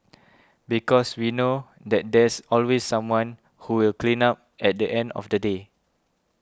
because we know that there's always someone who will clean up at the end of the day